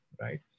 right